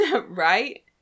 right